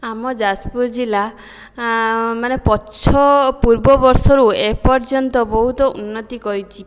ଆମ ଯାଜପୁର ଜିଲ୍ଲା ମାନେ ପଛ ପୂର୍ବବର୍ଷରୁ ଏପର୍ଯ୍ୟନ୍ତ ବହୁତ ଉନ୍ନତି କରିଛି